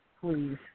please